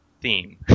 theme